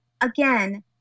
again